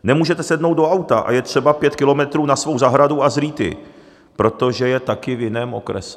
Nemůžete sednout do auta a jet třeba pět kilometrů na svou zahradu a zrýt ji, protože je taky v jiném okrese.